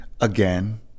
again